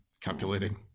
Calculating